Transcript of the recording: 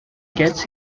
gets